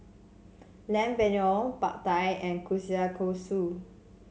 Lamb Vindaloo Pad Thai and Kushikatsu